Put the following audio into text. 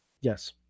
Yes